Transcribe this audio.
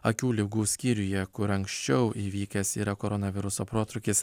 akių ligų skyriuje kur anksčiau įvykęs yra koronaviruso protrūkis